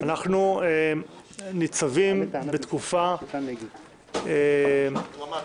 אנחנו ניצבים בתקופה -- דרמטית.